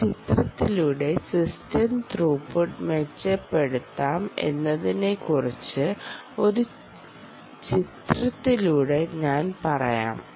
ഒരു ചിത്രത്തിലൂടെ system throughput എങ്ങനെ മെച്ചപ്പെടുത്താം എന്നതിനെക്കുറിച്ച് ഒരു ചിത്രത്തിലൂടെ ഞാൻ പറയാം